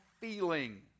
feeling